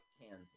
Kansas